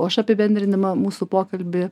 o aš apibendrindama mūsų pokalbį